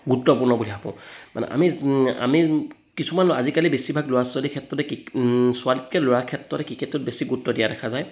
গুৰুত্বপূৰ্ণ বুলি ভাবোঁ মানে আমি আমি কিছুমান আজিকালি বেছিভাগ ল'ৰা ছোৱালীৰ ক্ষেত্ৰতে ক্ৰিকেট ছোৱালীতকৈ ল'ৰা ক্ষেত্ৰতে ক্ৰিকেটত বেছি গুৰুত্ব দিয়া দেখা যায়